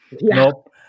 Nope